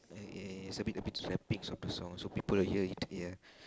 eh is a bit a bit a bits of the song so people hear it ya